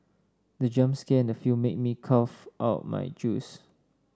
the jump scare in the film made me cough out my juice